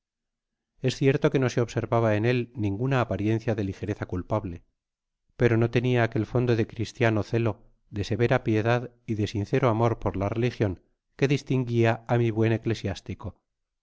es cierto que no se observaba en él ninguna apariencia de ligereza culpable pero no tenia aquel fondo de cristiano celo de severa piedad y de sincero amor por ia religion que distinguía á mi buen ecle